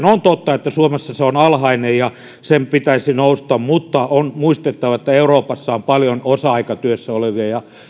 on totta että suomessa se on alhainen ja sen pitäisi nousta mutta on muistettava että euroopassa on paljon osa aikatyössä olevia ja